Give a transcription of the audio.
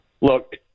look